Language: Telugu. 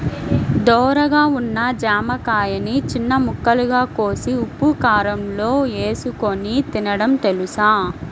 ధోరగా ఉన్న జామకాయని చిన్న ముక్కలుగా కోసి ఉప్పుకారంలో ఏసుకొని తినడం తెలుసా?